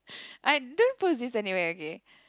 I don't post this anywhere okay